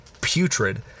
putrid